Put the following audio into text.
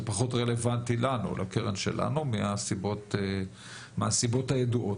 פחות רלוונטי לקרן שלנו מהסיבות הידועות.